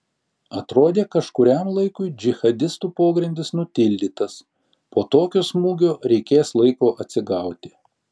atrodė kažkuriam laikui džihadistų pogrindis nutildytas po tokio smūgio reikės laiko atsigauti